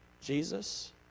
Jesus